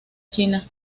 china